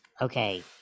Okay